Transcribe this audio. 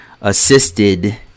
assisted